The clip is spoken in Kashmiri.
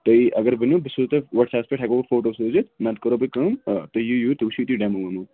تُہۍ اَگر ؤنِو بہٕ سوزو تۄہہِ وَٹسَپَس پٮ۪ٹھ ہٮ۪کو فوٹو سوٗزِتھ نَتہٕ کَرو بہٕ کٲم تُہۍ یِیِو یوٗرۍ تُہۍ وٕچھُو ییٚتی ڈٮ۪مو وٮ۪مو